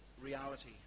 reality